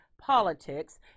Politics